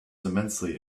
immensely